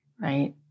right